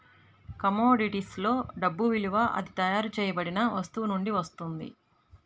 కమోడిటీస్లో డబ్బు విలువ అది తయారు చేయబడిన వస్తువు నుండి వస్తుంది